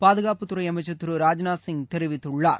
பாதுகாப்புத்துறை அமைச்சர் திரு ராஜ்நாத்சிங் தெரிவித்துள்ளார்